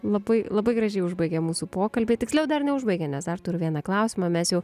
labai labai gražiai užbaigė mūsų pokalbį tiksliau dar neužbaigė nes dar turiu vieną klausimą mes jau